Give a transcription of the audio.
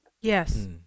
Yes